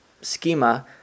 schema